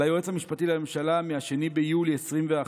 ליועץ המשפטי לממשלה מ-2 ביולי 2021,